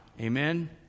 Amen